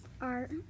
art